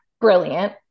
brilliant